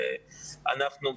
ואנחנו,